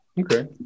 Okay